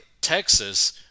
Texas